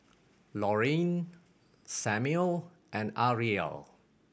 Laurene Samuel and Arielle